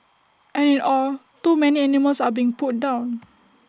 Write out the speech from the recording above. and in all too many animals are being put down